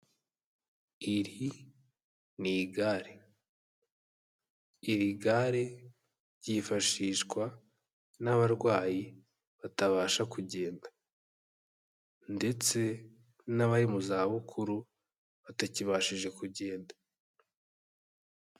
Iri ni igare, iri gare ryifashishwa n'abarwayi batabasha kugenda ndetse n'abari mu zabukuru batakibashije kugenda.